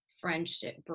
friendship